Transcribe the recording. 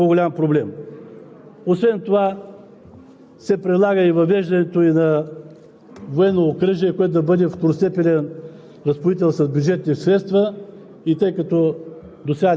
тръгнат младите хора да служат в армията и ще попълнят военните формирования за мирно време. А за военно време кога ще ги попълваме? Това не е ли още по-голям проблем? Освен това